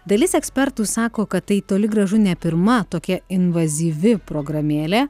dalis ekspertų sako kad tai toli gražu ne pirma tokia invazyvi programėlė